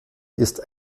ist